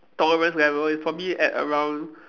tolerance level is probably at around